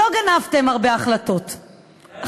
לא גנבתם הרבה החלטות,